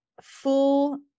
full